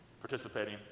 participating